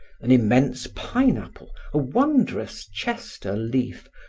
an immense pineapple, a wondrous chester leaf,